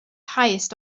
highest